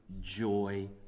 joy